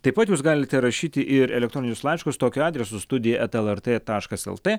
taip pat jūs galite rašyti ir elektroninius laiškus tokiu adresu studija eta lrt taškas lt